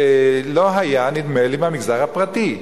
לא היה, נדמה לי, מהמגזר הפרטי.